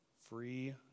Free